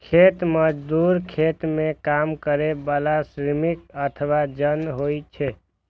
खेत मजदूर खेत मे काम करै बला श्रमिक अथवा जन होइ छै